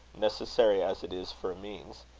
necessary as it is for a means.